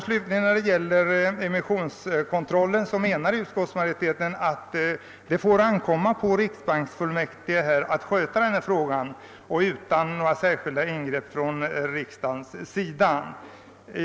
Slutligen menar utskottsmajoriteten att det bör ankomma på riksbanksfullmäktige att sköta emissionskontrollen utan några särskilda ingrepp från riksdagens sida.